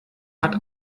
hat